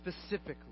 specifically